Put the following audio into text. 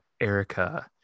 Erica